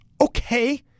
Okay